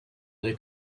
their